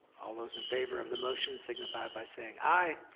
all those in favor of the motion, signify by saying i.